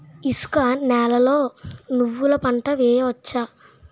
ఇసుక నేలలో నువ్వుల పంట వేయవచ్చా?